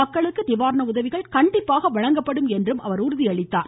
மக்களுக்கு நிவாரண உதவிகள் கண்டிப்பாக வழங்கப்படும் என்று உறுதியளித்தார்